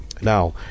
Now